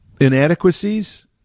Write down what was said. inadequacies